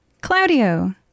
Claudio